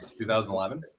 2011